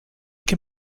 can